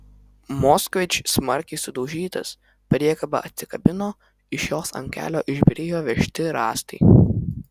moskvič smarkiai sudaužytas priekaba atsikabino iš jos ant kelio išbyrėjo vežti rąstai